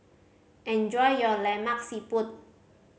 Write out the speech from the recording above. enjoy your Lemak Siput